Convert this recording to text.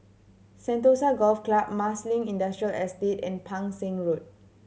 Sentosa Golf Club Marsiling Industrial Estate and Pang Seng Road